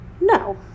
no